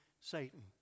Satan